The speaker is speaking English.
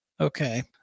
Okay